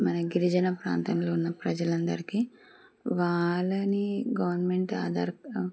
మన గిరిజన ప్రాంతంలో ఉన్న ప్రజలందరికీ వాళ్ళని గవర్నమెంట్ ఆధార్